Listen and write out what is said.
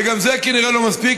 וגם זה כנראה לא מספיק,